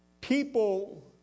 people